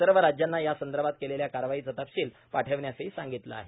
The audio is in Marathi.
सर्व राज्यांना या संदर्भात केलेल्या कारवाईचा तपशील पाठविण्यासही सांगितले आहे